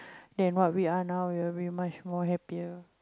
than what we are now we'll be much more happier